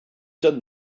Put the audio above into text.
done